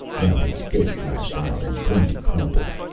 now his fist lashed out, and grundy crumpled.